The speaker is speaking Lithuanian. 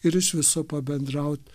ir iš viso pabendraut